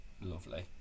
Lovely